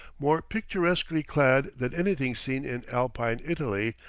more picturesquely clad than anything seen in alpine italy,